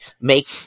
Make